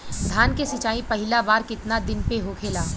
धान के सिचाई पहिला बार कितना दिन पे होखेला?